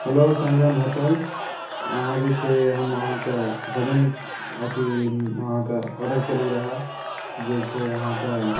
hello Sangam hotel अहाँ जे छै हम अहाँकेँ भोजन अथी अहाँकेँ ऑर्डर केलहुँ रहए जे छै अहाँकेँ